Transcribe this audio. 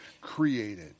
created